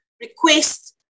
request